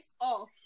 off